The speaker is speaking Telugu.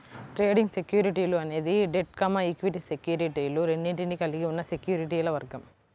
ట్రేడింగ్ సెక్యూరిటీలు అనేది డెట్, ఈక్విటీ సెక్యూరిటీలు రెండింటినీ కలిగి ఉన్న సెక్యూరిటీల వర్గం